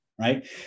Right